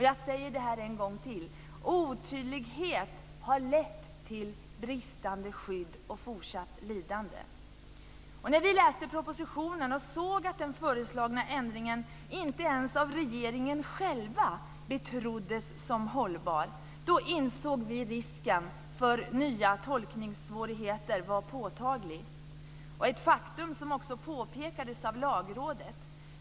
Jag säger det en gång till: Otydlighet har lett till bristande skydd och fortsatt lidande. När vi läste propositionen och såg att den föreslagna ändringen inte ens av regeringen själv betroddes som hållbar insåg vi att risken för nya tolkningssvårigheter var påtaglig - ett faktum som också påpekades av Lagrådet.